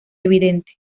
evidente